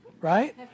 right